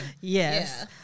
Yes